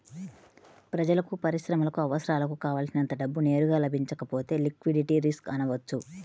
ప్రజలకు, పరిశ్రమలకు అవసరాలకు కావల్సినంత డబ్బు నేరుగా లభించకపోతే లిక్విడిటీ రిస్క్ అనవచ్చు